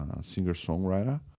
Singer-songwriter